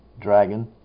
dragon